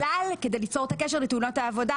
בגלל כדי ליצור את הקשר לתאונות העבודה,